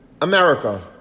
America